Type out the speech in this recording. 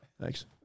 Thanks